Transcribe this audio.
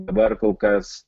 dabar kol kas